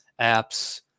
apps